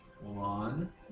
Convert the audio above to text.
One